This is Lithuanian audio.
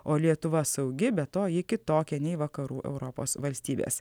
o lietuva saugi be to ji kitokia nei vakarų europos valstybės